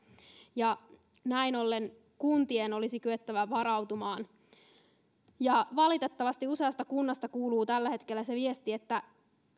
ja näin ollen kuntien olisi kyettävä varautumaan valitettavasti useasta kunnasta kuuluu tällä hetkellä se viesti että